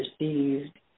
received